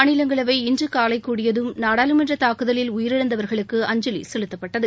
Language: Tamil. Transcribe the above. மாநிலங்களவை இன்று காலை கூடியதும் நாடாளுமன்ற தாக்குதலில் உயிரிழந்தவர்களுக்கு அஞ்சலி செலுத்தப்பட்டது